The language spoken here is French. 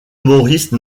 maurice